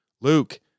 Luke